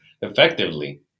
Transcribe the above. effectively